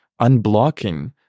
unblocking